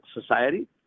society